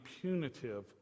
punitive